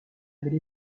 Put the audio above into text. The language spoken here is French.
belle